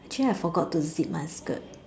actually I forgot to zip my skirt